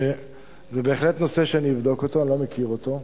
זה בהחלט נושא שאני אבדוק אותו, אני לא מכיר אותו.